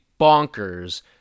bonkers